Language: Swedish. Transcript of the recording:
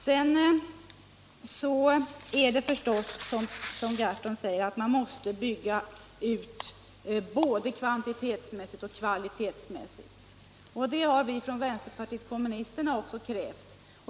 Sedan är det förstås riktigt som herr Gahrton säger — att man måste bygga ut både kvantitetsmässigt och kvalitetsmässigt. Det har vi från vänsterpartiet kommunisterna också krävt.